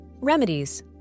Remedies